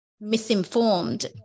misinformed